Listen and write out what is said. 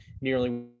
nearly